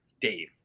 Dave